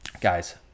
guys